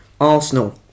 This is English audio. Arsenal